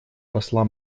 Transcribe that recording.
посла